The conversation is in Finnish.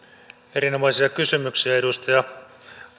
erinomaisia kysymyksiä edustaja